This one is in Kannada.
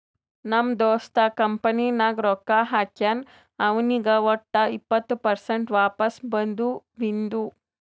ನಮ್ ದೋಸ್ತ ಕಂಪನಿ ನಾಗ್ ರೊಕ್ಕಾ ಹಾಕ್ಯಾನ್ ಅವ್ನಿಗ್ ವಟ್ ಇಪ್ಪತ್ ಪರ್ಸೆಂಟ್ ವಾಪಸ್ ಬದುವಿಂದು